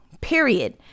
period